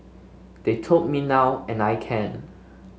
they told me now and I can